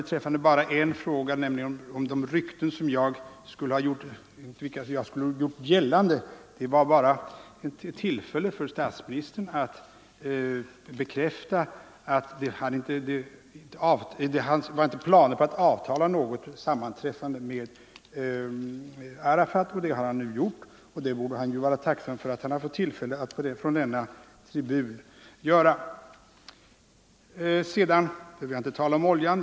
Det har anförts att jag gjorde gällande att det har gått vissa rykten, men jag ville bara ge statsministern tillfälle att bekräfta att han inte hade planer på att avtala om något sammanträffande med Arafat. Det har han nu gjort, och han borde vara tacksam för att han fått tillfälle att göra det från denna tribun. Jag behöver inta tala om oljan.